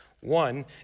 One